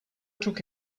took